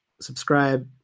subscribe